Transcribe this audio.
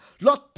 ...Lord